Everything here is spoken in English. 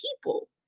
people